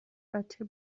بچه